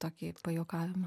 tokį pajuokavimą